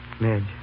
Midge